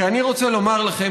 כי אני רוצה לומר לכם,